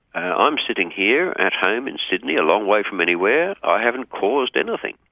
i'm sitting here at home in sydney, a long way from anywhere. i haven't caused anything.